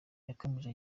yakomeje